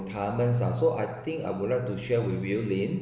retirement ah so I think I would like to share with you lin